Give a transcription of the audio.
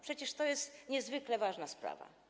Przecież to jest niezwykle ważna sprawa.